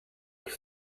kas